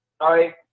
Sorry